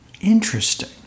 Interesting